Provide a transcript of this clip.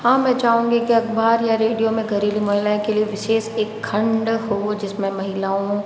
हाँ मैं चाहूँगी कि अखबार या रेडियो में घरेलू महिलाओं के लिए विशेष एक खंड हो जिसमें महिलाओं